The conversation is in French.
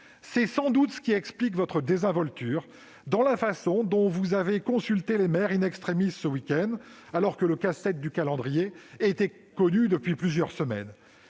C'est sans doute ce qui explique votre désinvolture dans la façon dont vous avez consulté les maires, le week-end dernier, alors que le casse-tête du calendrier était connu depuis plusieurs semaines.